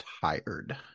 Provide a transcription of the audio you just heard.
tired